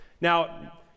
Now